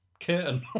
curtain